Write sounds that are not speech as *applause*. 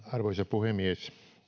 *unintelligible* arvoisa puhemies